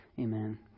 Amen